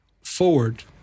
forward